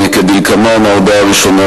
ההודעה הראשונה,